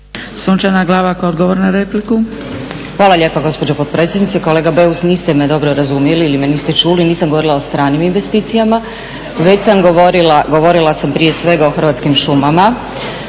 Sunčana Glavak, odgovor na repliku.